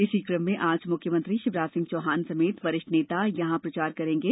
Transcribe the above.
इसी क्रम में आज मुख्यमंत्री शिवराजसिंह चौहान समेत वरिष्ठ नेता यहाँ प्रचार करेंगे